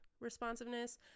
responsiveness